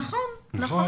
נכון.